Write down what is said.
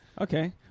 Okay